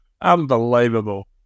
Unbelievable